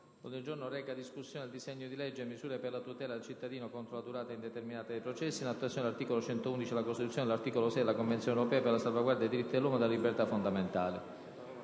a dispetto del titolo che fa riferimento a «Misure per la tutela del cittadino contro la durata indeterminata dei processi, in attuazione dell'articolo 111 della Costituzione e dell'articolo 6 della Convenzione europea per la salvaguardia dei diritti dell'uomo e delle libertà fondamentali»,